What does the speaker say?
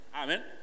Amen